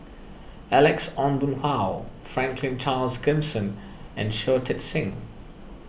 Alex Ong Boon Hau Franklin Charles Gimson and Shui Tit Sing